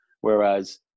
whereas